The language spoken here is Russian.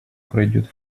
пройдет